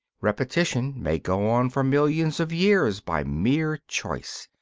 repetition may go on for millions of years, by mere choice,